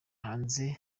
hanze